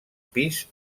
pis